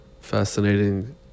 fascinating